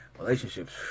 relationships